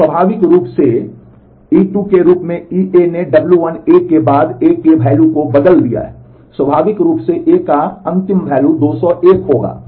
तो स्वाभाविक रूप से ई 2 के रूप में ई के बाद ए के मूल्य को बदल दिया है स्वाभाविक रूप से ए का अंतिम मूल्य 201 होगा